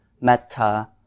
metta